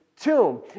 tomb